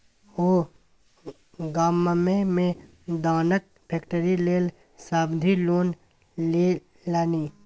ओ गाममे मे दानाक फैक्ट्री लेल सावधि लोन लेलनि